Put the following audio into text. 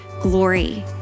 glory